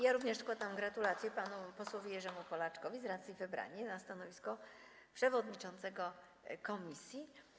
Ja również składam gratulacje panu posłowi Jerzemu Polaczkowi z racji wybrania na stanowisko przewodniczącego komisji.